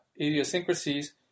idiosyncrasies